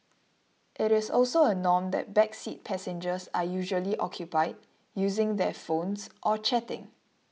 it is also a norm that back seat passengers are usually occupied using their phones or chatting